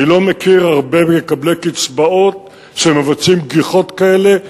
אני לא מכיר הרבה מקבלי קצבאות שמבצעים גיחות כאלה.